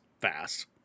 fast